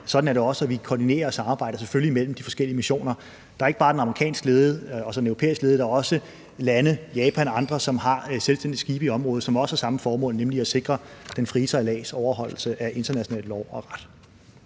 Sådan er det også, og vi koordinerer selvfølgelig samarbejdet mellem de forskellige missioner. Der er ikke bare den amerikansk ledede og den europæisk ledede mission, der er også lande, Japan og andre, som har selvstændige skibe i området, som også har samme formål, nemlig at sikre den frie sejlads og overholdelse af international lov og ret.